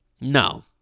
No